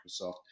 Microsoft